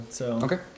Okay